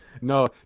No